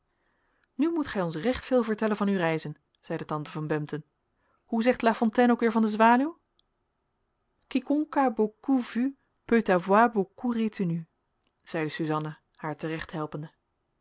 nu moet gij ons recht veel vertellen van uw reizen zeide tante van bempden hoe zegt lafontaine ook weer van de zwaluw quiconque a beaucoup vû peut avoir beaucoup retenu zeide susanna haar